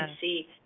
see